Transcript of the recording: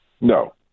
No